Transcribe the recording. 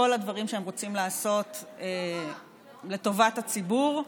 שכל הדברים שהם רוצים לעשות הם לטובת הציבור,